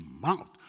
mouth